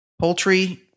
poultry